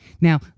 Now